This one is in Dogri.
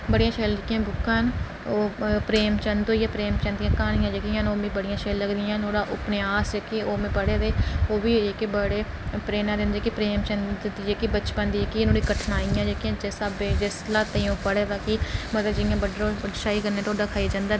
बड़ियां शैल जेह्कियां बुक्कां न ओह् प्रेम चंद होइया प्रेम चंद दियां क्हानियां जेह्कियां न ओह् मिगी बड़ियां शैल लगदियां नुहाड़े उपन्यास जेह्के न ओह् में पढ़े दे ओह्बी बड़े पढ़े दे प्रेम चंद दियां बचपन दी जेह्कियां कठनाइयां जिस हलातें च ओह् पढ़े दा की मतलब जियां बड्डलै जियां ओह् छाही कन्नै ढेडा खाइयै जंदा